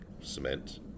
cement